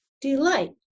delight